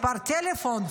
מספר טלפון,